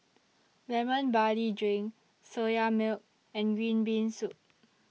Lemon Barley Drink Soya Milk and Green Bean Soup